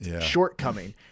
shortcoming